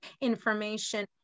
information